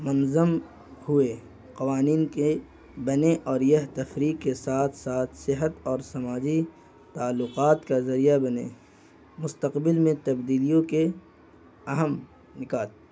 منظم ہوئے قوانین کے بنے اور یہ تفریح کے ساتھ ساتھ صحت اور سماجی تعلقات کا ذریعہ بنے مستقبل میں تبدیلیوں کے اہم نکات